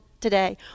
today